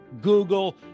google